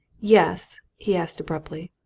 yes? he asked abruptly.